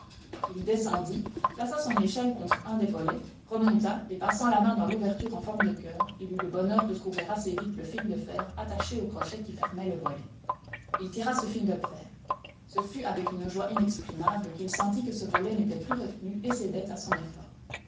il descendit plaça son échelle contre un des volets remonta et passant la main dans l'ouverture en forme de coeur il eut le bonheur de trouver assez vite le fil de fer attaché au crochet qui fermait le volet il tira ce fil de fer ce fut avec une joie inexprimable qu'il sentit que ce volet n'était plus retenu et cédait à son effort